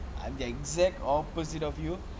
I have the exact opposite of you